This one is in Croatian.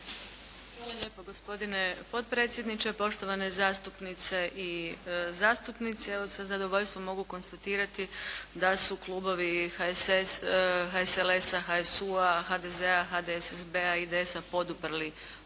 Hvala lijepo gospodine potpredsjedniče, poštovane zastupnice i zastupnici. Evo, sa zadovoljstvom mogu konstatirati da su klubovi HSLS-a, HSU-a, HDZ-a, HDSSB-a i IDS-a poduprli